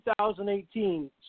2018